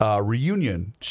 Reunion